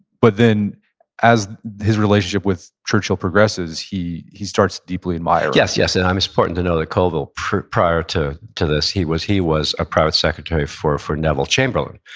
but then as his relationship with churchill progresses, he he starts deeply admiring, yes, yes, and um it's important to know that colville, prior to to this, he was he was a private secretary for for neville chamberlain,